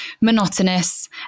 monotonous